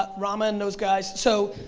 but rama and those guys, so,